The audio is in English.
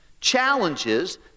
challenges